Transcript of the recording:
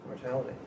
mortality